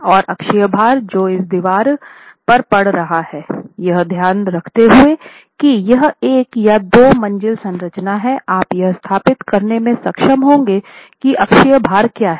और अक्षीय भार जो इस दीवार पर पड़ रहा है यह ध्यान रखते हुए की यह एक या दो मंजिला संरचना है आप यह स्थापित करने में सक्षम होंगे कि अक्षीय भार क्या है